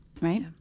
right